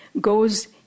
goes